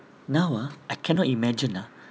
now ah I cannot imagine ah